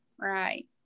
Right